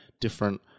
different